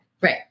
Right